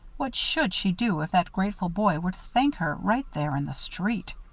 what should she do if that grateful boy were to thank her, right there in the street!